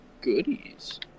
goodies